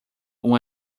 uma